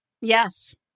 yes